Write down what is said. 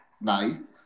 nice